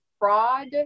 Fraud